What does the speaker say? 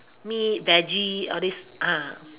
meat veggie all this uh